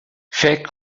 فکر